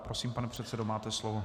Prosím, pane předsedo, máte slovo.